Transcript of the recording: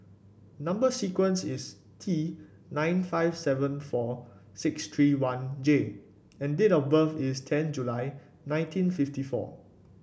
number sequence is T nine five seven four six three one J and date of birth is ten July nineteen fifty four